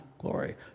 glory